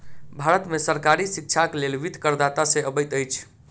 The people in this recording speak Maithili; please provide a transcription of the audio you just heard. भारत में सरकारी शिक्षाक लेल वित्त करदाता से अबैत अछि